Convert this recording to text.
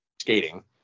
skating